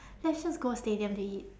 let's just go stadium to eat